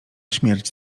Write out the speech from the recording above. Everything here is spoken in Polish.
śmierć